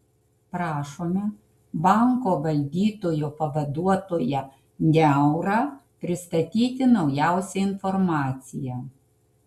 prašome banko valdytojo pavaduotoją niaurą pristatyti naujausią informaciją